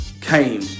came